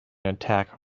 attack